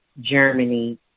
Germany